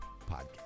podcast